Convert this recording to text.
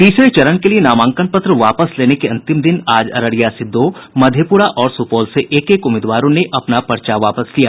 तीसरे चरण के लिये नामांकन पत्र वापस लेने के अंतिम दिन आज अररिया से दो मधेपुरा और सुपौल से एक एक उम्मीदवारों ने अपना पर्चा वापस लिया